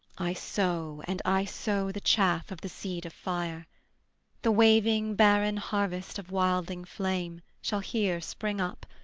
i sow and i sow the chaff of the seed of fire the waving, barren harvest of wilding flame shall here spring up,